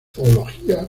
zoología